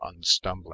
unstumbling